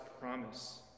promise